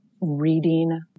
reading